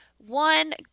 One